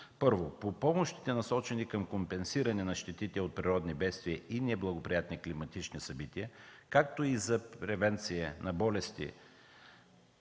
както следва: – насочени към компенсиране на щетите от природни бедствия и неблагоприятни климатични събития, както и за превенция на болести